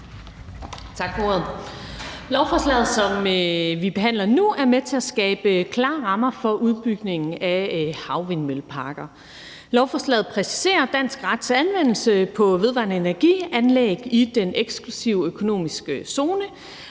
Tak for ordet. Lovforslaget, som vi behandler nu, er med til at skabe klare rammer for udbygningen af havvindmølleparker. Lovforslaget præciserer dansk rets anvendelse på vedvarende energi-anlæg i den eksklusive økonomiske zone.